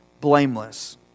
blameless